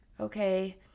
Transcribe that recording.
Okay